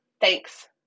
Thanks